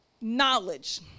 knowledge